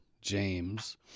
James